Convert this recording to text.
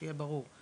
שיהיה ברור,